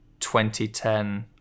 2010